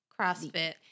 CrossFit